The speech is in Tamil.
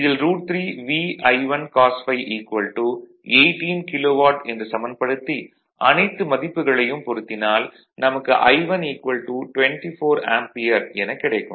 இதில் √3VI1cos Φ18 கிலோவாட் என்று சமன்படுத்தி அனைத்து மதிப்புகளையும் பொருத்தினால் நமக்கு I1 24 ஆம்பியர் எனக் கிடைக்கும்